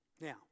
Now